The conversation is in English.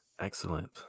Excellent